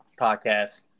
podcast